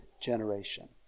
generation